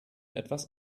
etwas